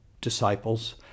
disciples